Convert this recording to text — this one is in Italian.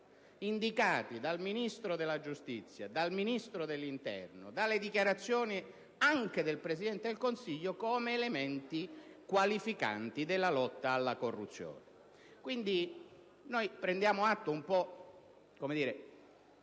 indicati dal Ministro della giustizia, dal Ministro dell'interno nonché nelle dichiarazioni del Presidente del Consiglio come elementi qualificanti della lotta alla corruzione. Prendiamo pertanto atto con meraviglia